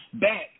back